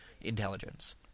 intelligence